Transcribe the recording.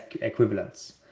equivalents